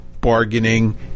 bargaining